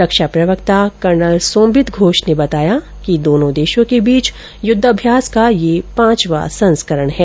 रक्षा प्रवक्ता कर्नल सोंबित घोष ने बताया कि दोनो देशों के बीच युद्धाभ्यास का यह पांचवा संस्करण है